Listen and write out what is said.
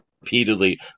repeatedly